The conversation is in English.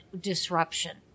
disruption